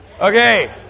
Okay